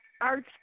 Arts